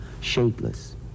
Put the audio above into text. shapeless